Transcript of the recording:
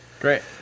great